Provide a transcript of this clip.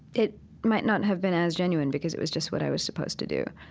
it might not have been as genuine, because it was just what i was supposed to do.